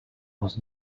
was